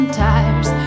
tires